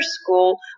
school